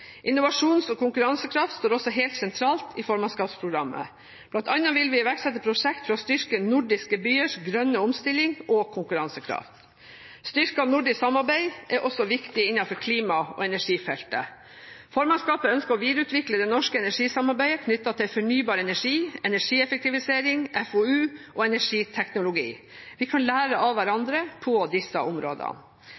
og konkurransekraft står også helt sentralt i formannskapsprogrammet. Blant annet vil vi iverksette prosjekter for å styrke nordiske byers grønne omstilling og konkurransekraft. Et styrket nordisk samarbeid er også viktig innenfor klima- og energifeltet. Formannskapet ønsker å videreutvikle det nordiske energisamarbeidet knyttet til fornybar energi, energieffektivisering, FoU og energiteknologi. Vi kan lære av